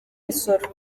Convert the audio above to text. misoro